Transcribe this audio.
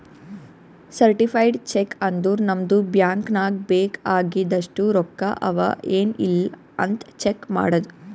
certified check ಅಂದುರ್ ನಮ್ದು bank ನಾಗ್ ಬೇಕ್ ಆಗಿದಷ್ಟು ರೊಕ್ಕಾ ಅವಾ ಎನ್ ಇಲ್ಲ್ ಅಂತ್ ಚೆಕ್ ಮಾಡದ್